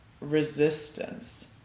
resistance